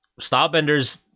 Stylebender's